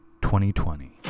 2020